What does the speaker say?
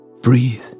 Breathe